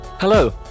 Hello